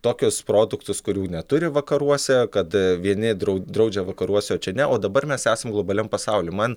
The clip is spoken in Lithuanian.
tokius produktus kurių neturi vakaruose kad vieni drau draudžia vakaruose o čia ne o dabar mes esam globaliam pasauly man